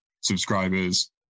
subscribers